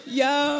yo